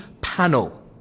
panel